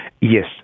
Yes